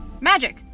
Magic